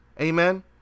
Amen